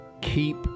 keep